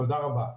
תודה רבה.